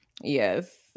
Yes